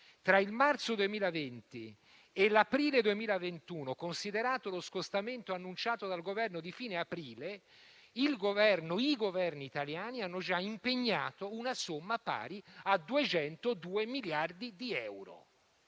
tra il marzo 2020 e l'aprile 2021, considerato lo scostamento annunciato dal Governo di fine aprile, i Governi italiani hanno già impegnato una somma pari a 202 miliardi di euro,